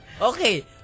Okay